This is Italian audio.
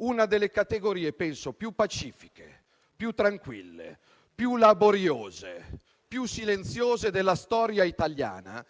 una delle categorie più pacifiche, più tranquille, più laboriose e più silenziose della storia italiana,